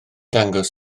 dangos